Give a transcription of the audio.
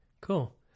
Cool